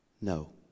no